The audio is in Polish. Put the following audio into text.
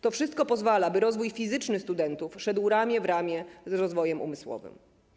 To wszystko pozwala, by rozwój fizyczny studentów szedł ramię w ramię z rozwojem umysłowym.